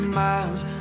miles